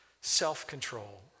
self-control